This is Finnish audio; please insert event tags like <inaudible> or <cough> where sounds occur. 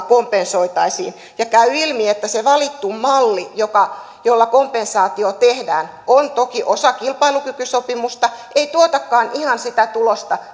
<unintelligible> kompensoitaisiin ja kun käy ilmi että se valittu malli jolla kompensaatio tehdään on toki osa kilpailukykysopimusta ei tuotakaan ihan sitä tulosta <unintelligible>